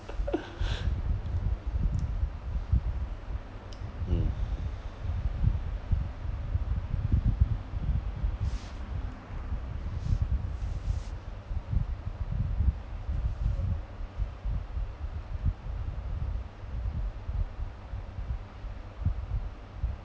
mm